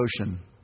ocean